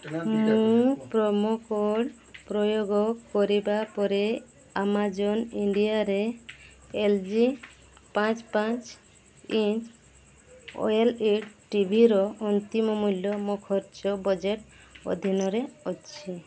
ମୁଁ promo code ପ୍ରୟୋଗ କରିବା ପରେ ଆମାଜନ୍ ଇଣ୍ଡିଆରେ ଏଲ୍ ଜି ପାଞ୍ଚ ପାଞ୍ଚ ଇଞ୍ଚ ଓ ଏଲ୍ ଇ ଡ଼ି ଟିଭିର ଅନ୍ତିମ ମୂଲ୍ୟ ମୋ ଖର୍ଚ୍ଚ ବଜେଟ୍ ଅଧୀନରେ ଅଛି